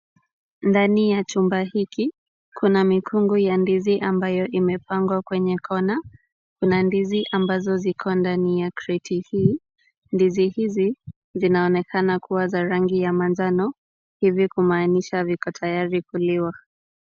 Ndani ya chumba hiki, kuna mikungu ya ndizi ambayo imepangwa kwenye kona. Kuna ndizi ambazo ziko ndani ya kreti hii. Ndizi hizi zinaonekana kuwa za rangi ya manjano hivi kumaanisha viko tayari kuliwa.